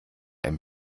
einem